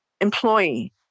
employee